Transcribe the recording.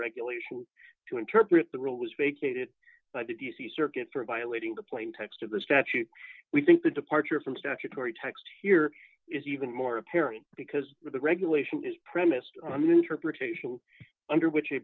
regulation to interpret the rule was vacated by the d c circuit for violating the plain text of the statute we think the departure from statutory text here is even more apparent because the regulation is premised on the interpretation under which